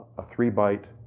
a three byte,